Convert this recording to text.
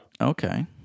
Okay